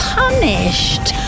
punished